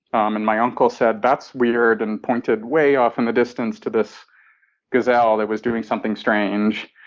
um and my uncle said, that's weird, and pointed way off in the distance to this gazelle that was doing something strange.